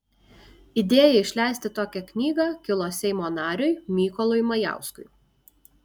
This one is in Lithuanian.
idėja išleisti tokią knygą kilo seimo nariui mykolui majauskui